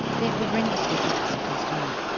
they're horrendously big decisions to make,